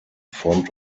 front